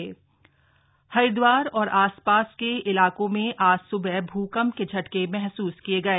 भुकंप हरिदवार हरिद्वार और आसपास के इलाकों में आज सुबह भूकंप के झटके महसूस किये गए